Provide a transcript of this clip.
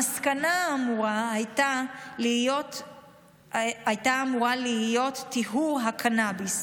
המסקנה הייתה אמורה להיות טיהור הקנביס,